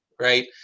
right